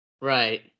Right